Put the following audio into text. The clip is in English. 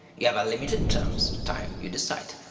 you have a limited terms of time. you decide.